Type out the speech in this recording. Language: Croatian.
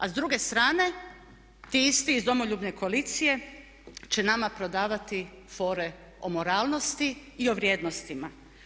A s druge strane, ti isti iz Domoljubne koalicije će nama prodavati fore o moralnosti i o vrijednostima.